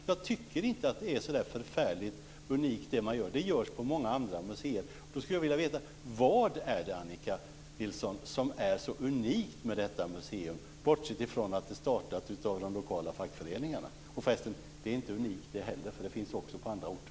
Jag tycker inte att det man gör är så förfärligt unikt. Det görs på många andra museer. Då skulle jag vilja veta: Vad är det, Annika Nilsson, som är så unikt med detta museum, bortsett från att det startats av de lokala fackföreningarna? Det är förresten inte heller unikt, för det finns också på andra orter.